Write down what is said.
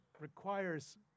requires